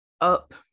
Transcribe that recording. up